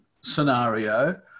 scenario